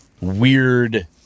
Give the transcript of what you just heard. weird